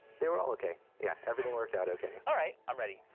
they were all okay. yeah, everything worked out okay. all right, i'm ready.